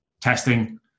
testing